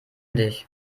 dich